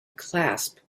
clasp